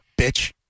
Bitch